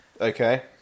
okay